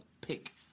pick